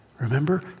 Remember